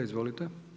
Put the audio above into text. Izvolite.